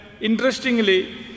interestingly